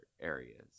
areas